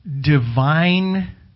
Divine